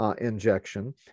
Injection